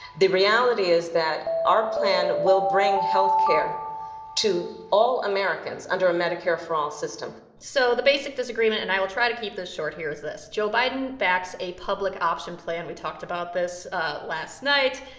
the reality is that our plan will bring health care to all americans under a medicare for all system so the basic disagreement and i will try to keep this short here is this. joe biden backs a public option plan. we talked about this last night.